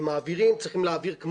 הם צריכים להעביר.